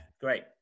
great